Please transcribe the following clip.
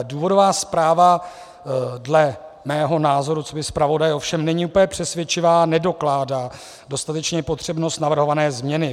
Důvodová zpráva dle mého názoru coby zpravodaje ovšem není úplně přesvědčivá, nedokládá dostatečně potřebnost navrhované změny.